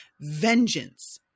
Vengeance